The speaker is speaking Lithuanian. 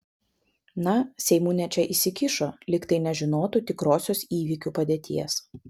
na seimūnė čia įsikišo lyg tai nežinotų tikrosios įvykių padėties